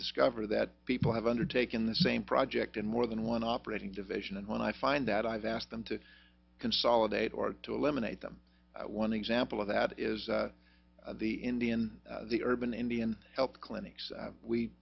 discover that people have undertaken the same project in more than one operating division and when i find that i've asked them to consolidate or to eliminate them one example of that is the indian the urban indian health clinics